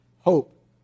hope